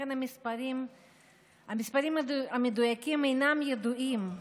המספרים המדויקים אינם ידועים.